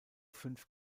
fünf